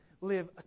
live